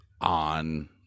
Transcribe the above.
on